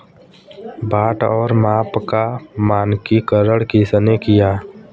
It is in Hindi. बाट और माप का मानकीकरण किसने किया?